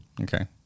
Okay